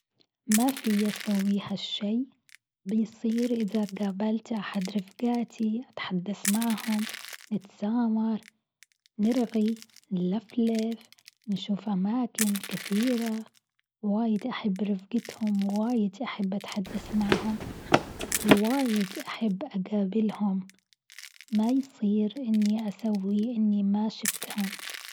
ما فيي أسوي هالشيء بيصير إذا قابلت أحد رفقاتي أتحدث معهم نتسامر نرغي نلفلف نشوف أماكن كثيرة، واجد أحب رفقتهم واجد أحب أتحدث معهم وواجد أحب أقابلهم، ما يصير إني أسوي إني ما شفتهم.